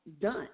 done